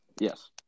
Yes